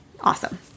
awesome